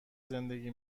زندگی